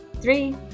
three